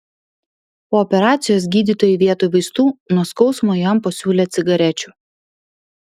po operacijos gydytojai vietoj vaistų nuo skausmo jam pasiūlė cigarečių